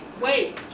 wait